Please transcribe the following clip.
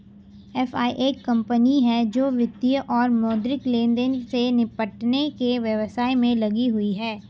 FI एक company है जो वित्तीय और मौद्रिक लेनदेन से निपटने के व्यवसाय में लगी हुई है